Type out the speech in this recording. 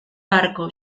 barco